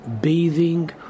bathing